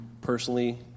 personally